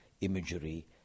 imagery